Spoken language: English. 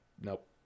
nope